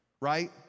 Right